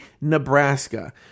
Nebraska –